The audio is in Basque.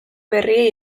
berriei